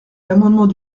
l’amendement